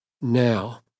now